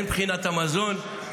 הן מבחינת המזון,